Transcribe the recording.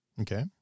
Okay